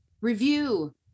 review